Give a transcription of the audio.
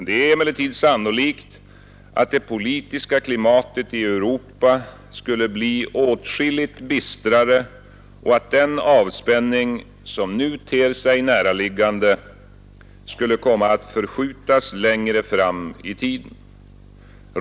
Det är emellertid sannolikt att det politiska klimatet i Europa skulle bli åtskilligt bistrare och att den avspänning som nu ter sig näraliggande skulle komma att förskjutas längre fram i tiden.